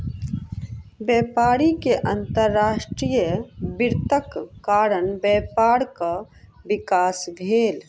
व्यापारी के अंतर्राष्ट्रीय वित्तक कारण व्यापारक विकास भेल